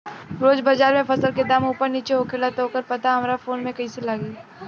रोज़ बाज़ार मे फसल के दाम ऊपर नीचे होखेला त ओकर पता हमरा फोन मे कैसे लागी?